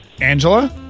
Angela